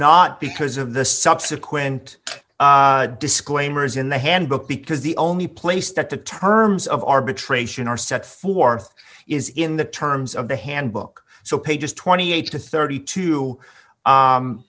not because of the subsequent disclaimers in the handbook because the only place that the terms of arbitration are set forth is in the terms of the handbook so pages twenty eight to thirty two